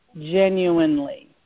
genuinely